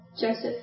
Joseph